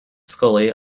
scully